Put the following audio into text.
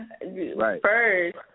First